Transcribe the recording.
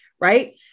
Right